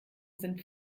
sind